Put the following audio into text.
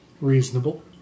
Reasonable